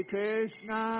Krishna